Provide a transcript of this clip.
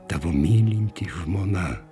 tavo mylinti žmona